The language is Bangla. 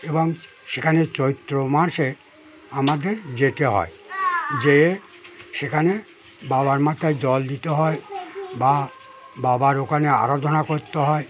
এবং সেখানে চৈত্র মাসে আমাদের যেতে হয় যেয়ে সেখানে বাবার মাথায় জল দিতে হয় বা বাবার ওখানে আরাধনা করতে হয়